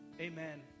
Amen